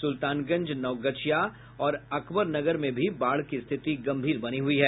सुल्तानगंज नवगछिया और अकबर नगर में भी बाढ़ की स्थिति गंभीर बनी हुई है